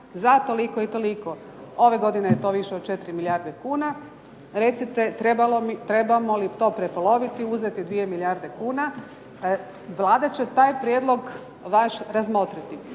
za toliko i toliko. Ove godine je to više od 4 milijarde kuna. Recite trebamo li to prepoloviti, uzeti 2 milijarde kuna. Vlada će taj prijedlog vaš razmotriti